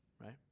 Right